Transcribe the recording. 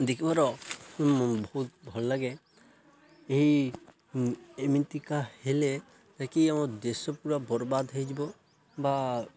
ଦେଖିବାର ବହୁତ ଭଲ ଲାଗେ ଏହି ଏମିତିକା ହେଲେ ଯେକି ଆମ ଦେଶ ପୁରା ବର୍ବାଦ ହୋଇଯିବ ବା